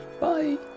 Bye